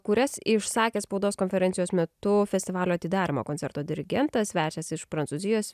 kurias išsakė spaudos konferencijos metu festivalio atidarymo koncerto dirigentas svečias iš prancūzijos